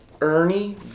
Ernie